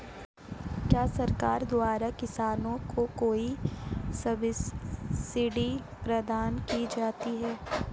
क्या सरकार द्वारा किसानों को कोई सब्सिडी प्रदान की जाती है?